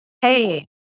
Hey